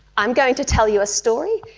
i'm going to tell you a story.